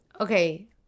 Okay